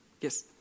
Yes